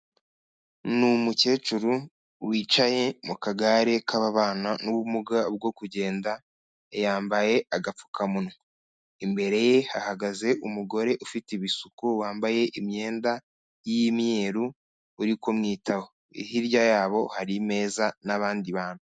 Ni umukecuru wicaye mu kagare k'ababana n'ubumuga bwo kugenda, yambaye agapfukamunwa, imbere ye hahagaze umugore ufite ibisuko wambaye imyenda y'imyeru uri kumwitaho, hirya yabo hari imeza n'abandi bantu.